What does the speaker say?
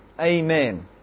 Amen